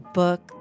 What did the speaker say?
book